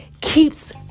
Keeps